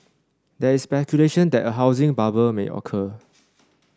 there is speculation that a housing bubble may occur